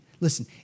listen